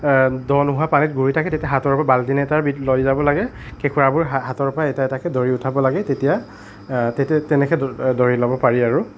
দ' নোহোৱা পানীত ঘূৰি থাকে তেতিয়া হাতৰ পৰা বাল্টিং এটা লৈ যাব লাগে কেঁকোৰাবোৰ হাতৰ পৰা এটা এটাকৈ ধৰি উঠাব লাগে তেতিয়া তেতিয়া তেনেকৈ ধৰি ল'ব পাৰি আৰু